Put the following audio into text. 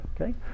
okay